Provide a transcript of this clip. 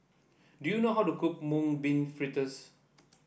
do you know how to cook Mung Bean Fritters